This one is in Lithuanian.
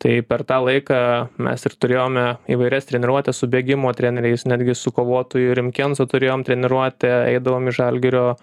tai per tą laiką mes ir turėjome įvairias treniruotes su bėgimo treneriais netgi su kovotoju rimkenzo turėjom treniruotę eidavom į žalgirio